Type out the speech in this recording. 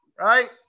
Right